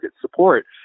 support